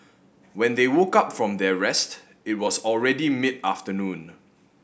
when they woke up from their rest it was already mid afternoon